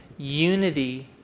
unity